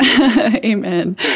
Amen